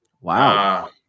Wow